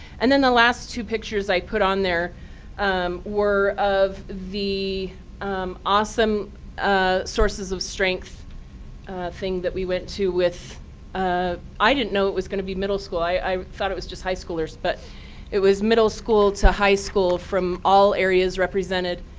and then the last two pictures i put on there um were of the um awesome ah sources of strength thing that we went to with ah i didn't know it was going to be middle school. i thought it was just high schoolers. but it was middle school to high school from all areas represented.